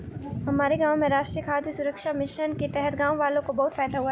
हमारे गांव में राष्ट्रीय खाद्य सुरक्षा मिशन के तहत गांववालों को बहुत फायदा हुआ है